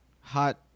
hot